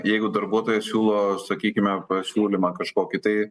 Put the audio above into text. jeigu darbuotojai siūlo sakykime pasiūlymą kažkokį tai